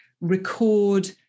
record